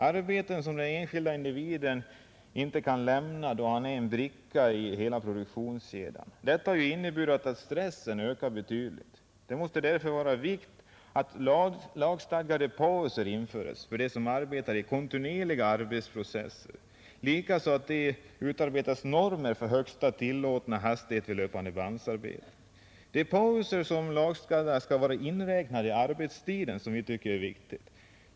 Arbeten som den enskilde individen inte kan lämna, då han är en bricka i hela produktionskedjan, har inneburit att stressen ökat betydligt. Det måste därför vara av vikt att lagstadgade pauser införes för dem som arbetar i kontinuerliga arbets processer, likaså att det utarbetas normer för högsta tillåtna hastighet vid löpandebandsarbeten, De pauser som lagstadgas skall vara inräknade i arbetstiden, vilket vi tycker är viktigt.